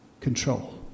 control